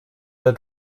der